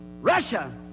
Russia